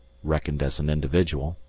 reckoned as an individual.